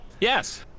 Yes